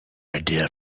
idea